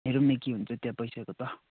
हेरौँ न के हुन्छ त्यो पैसाको त